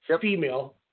female